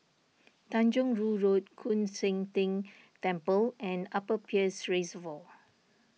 Tanjong Rhu Road Koon Seng Ting Temple and Upper Peirce Reservoir